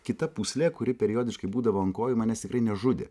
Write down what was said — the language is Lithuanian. kita pūslė kuri periodiškai būdavo ant kojų manęs tikrai nežudė